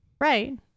right